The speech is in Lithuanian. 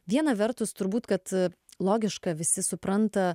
viena vertus turbūt kad a logiška visi supranta